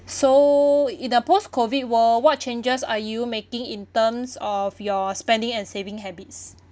so in the post COVID world what changes are you making in terms of your spending and saving habits